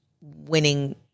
winning